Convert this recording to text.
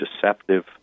deceptive